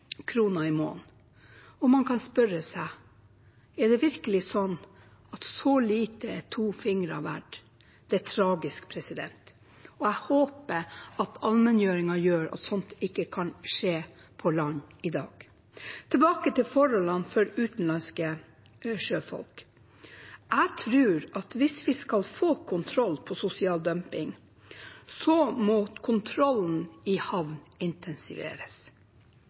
i måneden. Man kan spørre seg: Er det virkelig sånn at to fingre er så lite verdt? Det er tragisk, og jeg håper at allmenngjøringen gjør at sånt ikke kan skje på land i dag. Tilbake til forholdene for utenlandske sjøfolk. Jeg tror at hvis vi skal få kontroll på sosial dumping, må kontrollen i havn intensiveres.